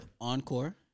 Encore